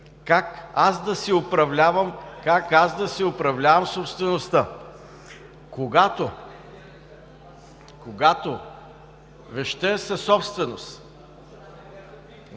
как аз да си управлявам собствеността. Когато вещта е в съсобственост